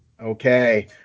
Okay